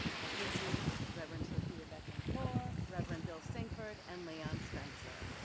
i give you reverend sofia betancourt, reverend bill sinkford, and leon spencer.